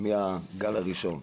לגל הראשון.